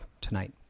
tonight